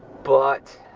but,